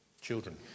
Children